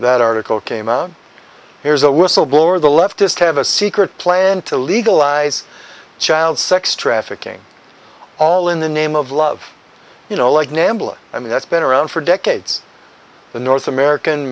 that article came out here's a whistleblower the leftist have a secret plan to legalize child sex trafficking all in the name of love you know like nambla and that's been around for decades the north american